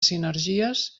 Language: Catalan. sinergies